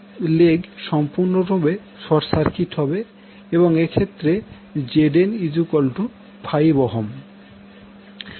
এই পা সম্পূর্ণরূপে শর্ট সার্কিট হবে এবং এক্ষেত্রে ZN5